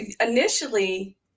initially